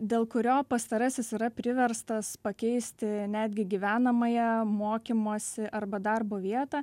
dėl kurio pastarasis yra priverstas pakeisti netgi gyvenamąją mokymosi arba darbo vietą